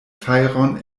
fajron